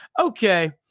Okay